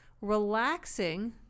relaxing